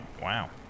Wow